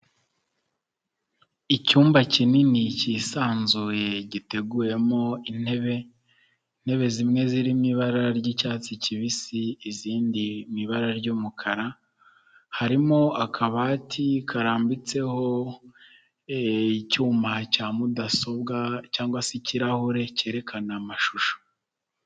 Icyumba kinini cyisanzuye giteguyemo intebe intebe zimwe zirimo ibara ry'icyatsi kibisi izindi mu ibara ry'umukara harimo akabati karambitseho icyuma cya mudasobwa cyangwa se ikirahure cyerekana amashusho.